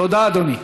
תודה, אדוני.